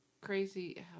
crazy